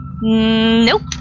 Nope